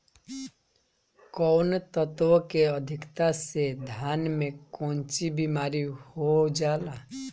कौन तत्व के अधिकता से धान में कोनची बीमारी हो जाला?